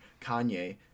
Kanye